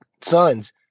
sons